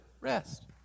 rest